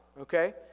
okay